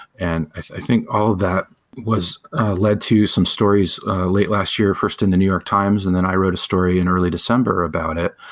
and i think all that led to some stories late last year, first, in the new york times and then i wrote a story in early december about it,